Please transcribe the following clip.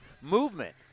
movement